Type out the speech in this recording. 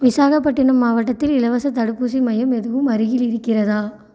விசாகப்பட்டினம் மாவட்டத்தில் இலவசத் தடுப்பூசி மையம் எதுவும் அருகில் இருக்கிறதா